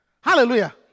Hallelujah